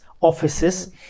offices